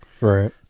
Right